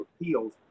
Appeals